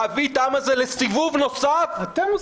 להביא את העם הזה לסיבוב נוסף -- אתם.